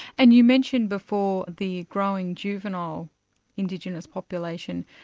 and you mentioned before the growing juvenile indigenous population.